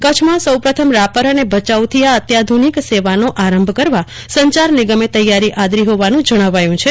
કચ્છમાં સૌપ્રથમ રાપર અને ભયાઉથી આ અત્યાધુનિક સેવાનો આરંભ કરવા સંચાર નિગમે તૈયારી આદરી હોવાનું જાણકારો જણાવી રહ્યા છે